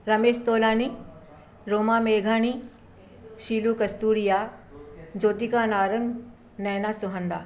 रामेश तोलानी रोमा मेघाणी शीरु कस्तुरिया जोतिका नारंग नैना सोहंदा